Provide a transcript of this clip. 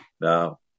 Now